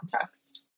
context